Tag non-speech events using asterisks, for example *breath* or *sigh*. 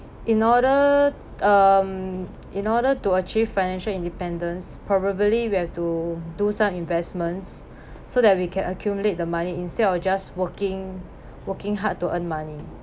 in order um in order to achieve financial independence probably we have to do some investments *breath* so that we can accumulate the money instead of just working working hard to earn money